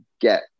get